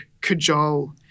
cajole